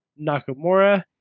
Nakamura